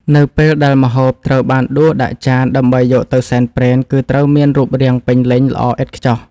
នៅពេលដែលម្ហូបត្រូវបានដួសដាក់ចានដើម្បីយកទៅសែនព្រេន គឺត្រូវមានរូបរាងពេញលេញល្អឥតខ្ចោះ។